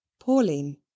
Pauline